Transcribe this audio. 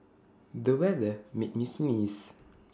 the weather made me sneeze